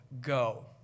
go